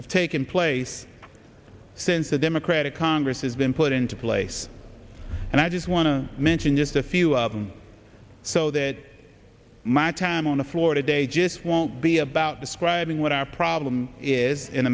have taken place since the democratic congress has been put into place and i just want to mention just a few of them so that my time on the floor today just won't be about describing what our problem is in